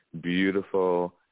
beautiful